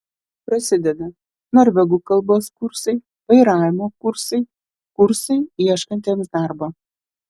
prasideda norvegų kalbos kursai vairavimo kursai kursai ieškantiems darbo